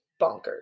bonkers